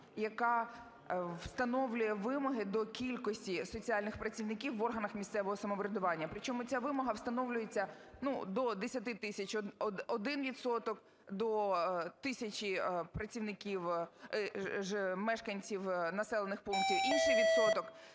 яка встановлює вимоги до кількості соціальних працівників в органах місцевого самоврядування. Причому ця вимога встановлюється, ну, до 10 тисяч – один відсоток, до тисячі працівників... мешканців населених пунктів – інший відсоток.